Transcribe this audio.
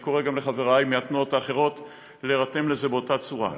אני קורא גם לחברי מהתנועות האחרות להירתם לזה באותה צורה.